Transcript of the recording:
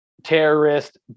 terrorist